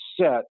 set